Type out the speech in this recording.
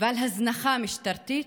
ועל הזנחה משטרתית,